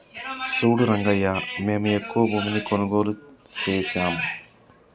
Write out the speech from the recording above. సూడు రంగయ్యా మేము ఎక్కువ భూమిని కొనుగోలు సేసాము